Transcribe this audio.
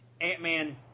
Ant-Man